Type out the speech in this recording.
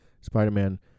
Spider-Man